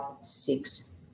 six